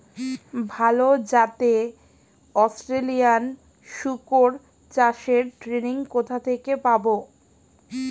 ভালো জাতে অস্ট্রেলিয়ান শুকর চাষের ট্রেনিং কোথা থেকে পাব?